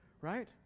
right